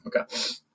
Okay